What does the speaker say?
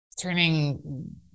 turning